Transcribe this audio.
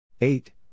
eight